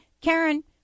Karen